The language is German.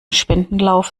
spendenlauf